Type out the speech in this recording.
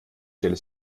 stelle